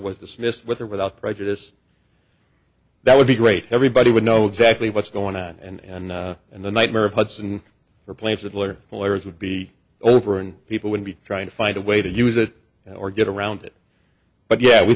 was dismissed with or without prejudice that would be great everybody would know exactly what's going on and and the nightmare of hudson and replace that lawyer the lawyers would be over and people would be trying to find a way to use it or get around it but yeah we